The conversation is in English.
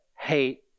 hate